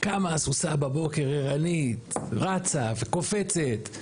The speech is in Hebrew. קמה הסוסה בבוקר, עירנית, רצה וקופצת.